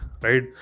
right